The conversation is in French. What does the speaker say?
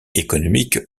économique